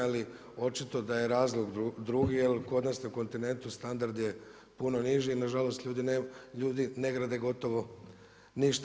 Ali očito da je razlog drugi, jer kod nas na kontinentu standard je puno niži i na žalost ljudi ne grade gotovo ništa.